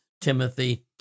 Timothy